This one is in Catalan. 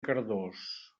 cardós